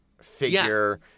figure